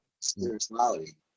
spirituality